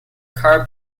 car